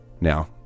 Now